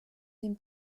dem